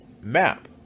map